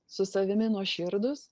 su savimi nuoširdūs